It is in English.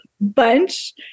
bunch